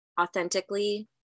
authentically